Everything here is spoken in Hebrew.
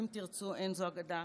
"אם תרצו אין זו אגדה".